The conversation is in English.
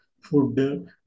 food